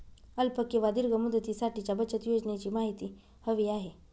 अल्प किंवा दीर्घ मुदतीसाठीच्या बचत योजनेची माहिती हवी आहे